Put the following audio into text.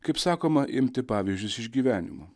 kaip sakoma imti pavyzdžius iš gyvenimo